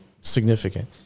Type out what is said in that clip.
significant